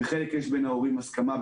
בחלק יש בין ההורים הסכמה,